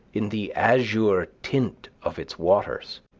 in the azure tint of its waters.